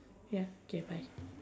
ya okay bye